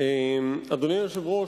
אדוני היושב-ראש,